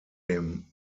dem